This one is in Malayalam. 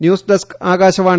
news desk Akashvani